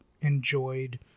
enjoyed